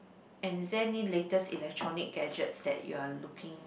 and is there any latest electronic gadgets that you're looking